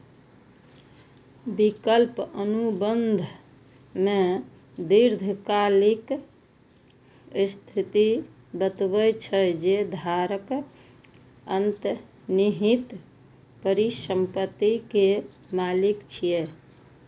विकल्प अनुबंध मे दीर्घकालिक स्थिति बतबै छै, जे धारक अंतर्निहित परिसंपत्ति के मालिक छियै